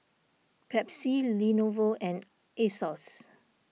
Pepsi Lenovo and Asos